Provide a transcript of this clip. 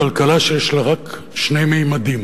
שאנחנו חיים בכלכלה שיש לה רק שני ממדים,